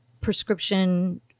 prescription